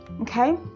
Okay